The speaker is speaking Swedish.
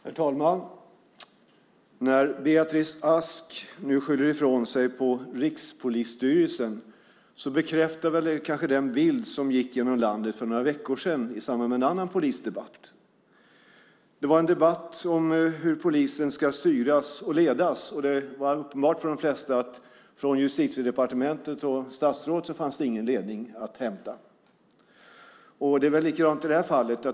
Herr talman! När Beatrice Ask nu skyller ifrån sig på Rikspolisstyrelsen bekräftar det kanske den bild som gick genom landet för några veckor sedan i samband med en annan polisdebatt. Det var en debatt om hur polisen ska styras och ledas. Det var uppenbart för de flesta att från Justitiedepartementet och statsrådet fanns det ingen ledning att hämta. Det är väl likadant i det här fallet.